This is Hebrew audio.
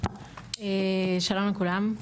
שלום לכולם.